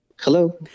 Hello